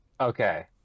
Okay